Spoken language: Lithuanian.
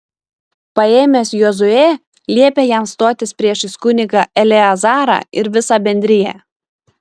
paėmęs jozuę liepė jam stotis priešais kunigą eleazarą ir visą bendriją